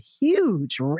huge